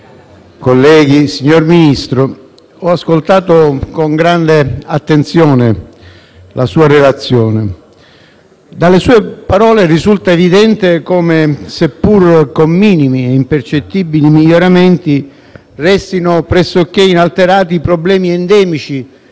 colleghi, signor Ministro, ho ascoltato con grande attenzione la sua relazione e dalle sue parole risulta evidente come, seppur con minimi e impercettibili miglioramenti, restino pressoché inalterati i problemi endemici